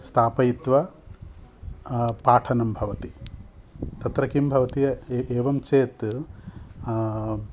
स्थापयित्व पाठनं भवति तत्र किं भवति य य एवं चेत्